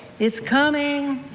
it's coming!